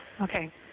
Okay